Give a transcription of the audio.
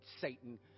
Satan